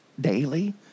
daily